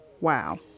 Wow